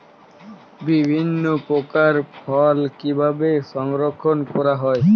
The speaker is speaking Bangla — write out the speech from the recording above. বিভিন্ন প্রকার ফল কিভাবে সংরক্ষণ করা হয়?